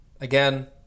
again